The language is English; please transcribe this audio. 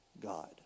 God